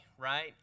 right